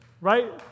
right